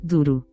Duro